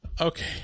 okay